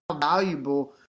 valuable